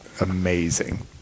amazing